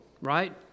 right